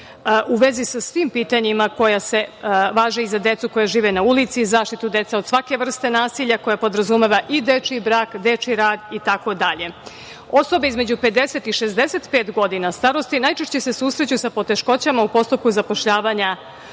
u vezi sa svim pitanjima koja važe i za decu koja žive na ulici, zaštitu dece od svake vrste nasilja koja podrazumeva i dečiji brak, dečiji rak, itd. Osobe između 50 i 65 godina starosti najčešće se susreću sa poteškoćama u postupku zapošljavanja